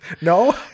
No